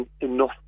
enough